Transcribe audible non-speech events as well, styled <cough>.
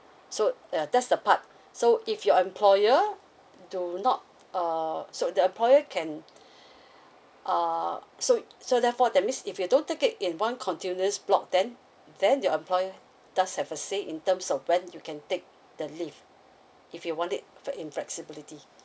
so uh that's the part so if your employer do not err so the employer can <breath> err so so therefore that means if you don't take in one continuous block then then your employer does have a say in terms of when you can take the leave if you want it fle~ in flexibility